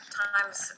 times